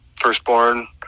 firstborn